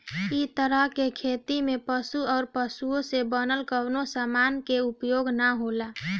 इ तरह के खेती में पशु अउरी पशु से बनल कवनो समान के उपयोग ना होला